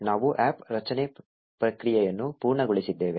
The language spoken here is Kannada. ನಾವು APP ರಚನೆ ಪ್ರಕ್ರಿಯೆಯನ್ನು ಪೂರ್ಣಗೊಳಿಸಿದ್ದೇವೆ